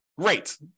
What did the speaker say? great